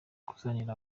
buzanira